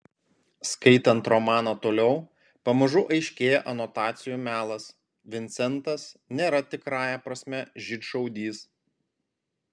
skaitant romaną toliau pamažu aiškėja anotacijų melas vincentas nėra tikrąja prasme žydšaudys